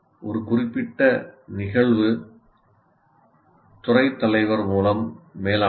ஒரு குறிப்பிட்ட நிகழ்வு துறைத் தலைவர் மூலம் மேலாண்மை